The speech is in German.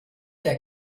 der